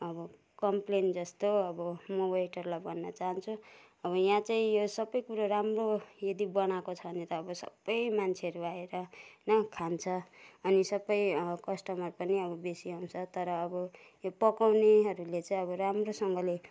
अब कम्प्लेन जस्तो अब म वेटरलाई भन्न चाहन्छु अब यहाँ चाहिँ यो सबै कुरो राम्रो यदि बनाएको छ भने त अब सबै मान्छेहरू आए होइन खान्छ अनि सबै कस्टमर पनि बेसी आउँछ तर अब यो पकाउनेहरूले चाहिँ अब राम्रोसँगले